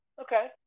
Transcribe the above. Okay